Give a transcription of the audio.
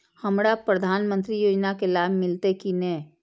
हमरा प्रधानमंत्री योजना के लाभ मिलते की ने?